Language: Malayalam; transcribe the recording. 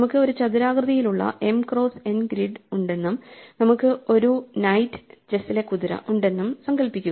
നമുക്ക് ഒരു ചതുരാകൃതിയിലുള്ള m ക്രോസ് n ഗ്രിഡ് ഉണ്ടെന്നും നമുക്ക് ഒരു നൈറ്റ് ചെസ്സിലെ കുതിര ഉണ്ടെന്നും സങ്കൽപ്പിക്കുക